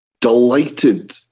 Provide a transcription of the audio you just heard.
Delighted